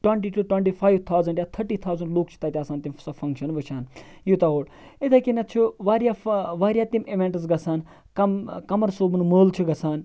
twenty two twenty five thousand یا تھٔٹی thousand لُکھ چھِ تَتہِ آسان تِم سۄ فَنٛکشَن وٕچھان یِتُھے کنیٚتھ چھُ واریاہ واریاہ تِم اِویٚنٹٕس گَژھان کم قَمَر صٲبُن مٲلہٕ چھُ گَژھان